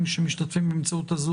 כשאנחנו דנים בנושא של עבירות הקורונה.